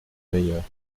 meilleurs